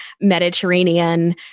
Mediterranean